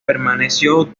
permaneció